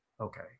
okay